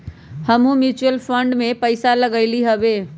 हमहुँ mutual fund में पइसा लगइली हबे